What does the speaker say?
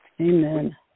Amen